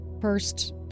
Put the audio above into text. first